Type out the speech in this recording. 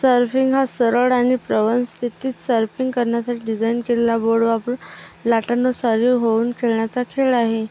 surfing हा सरळ आणि प्रवणस्थितीत सर्फिंग करण्यासाठी डिजाईन केलेला बोर्ड वापरुन लाटांना स्वारी होऊन खेळण्याचा खेळ आहे